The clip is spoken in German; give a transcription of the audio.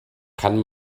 kann